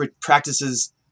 practices